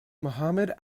mohamed